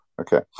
Okay